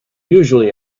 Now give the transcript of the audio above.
usually